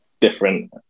different